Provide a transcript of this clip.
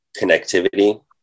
connectivity